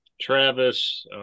Travis